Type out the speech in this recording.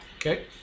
Okay